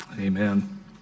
Amen